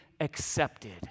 accepted